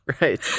right